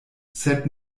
sed